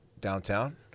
downtown